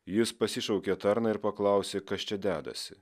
jis pasišaukė tarną ir paklausė kas čia dedasi